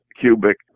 cubic